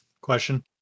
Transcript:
question